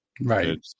Right